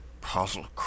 puzzle